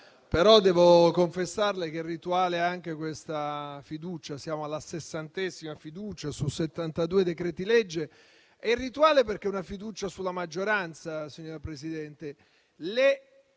però devo confessarle che è irrituale anche questa fiducia. Siamo alla sessantesima fiducia su 72 decreti legge. È irrituale perché è una fiducia sulla maggioranza. Le opposizioni